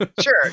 Sure